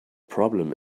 problem